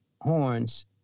horns